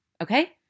Okay